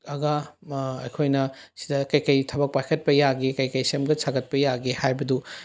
ꯑꯒ ꯑꯩꯈꯣꯏꯅ ꯁꯤꯗ ꯀꯩꯀꯩ ꯊꯕꯛ ꯄꯥꯏꯈꯠꯄ ꯌꯥꯒꯦ ꯀꯩꯀꯩ ꯁꯦꯝꯒꯠ ꯁꯥꯒꯠꯄ ꯌꯥꯒꯦ ꯍꯥꯏꯕꯗꯨ